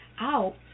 out